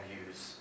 use